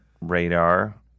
radar